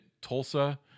Tulsa